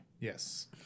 Yes